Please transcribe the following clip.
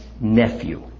nephew